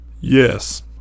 Yes